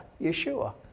Yeshua